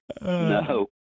No